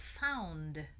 found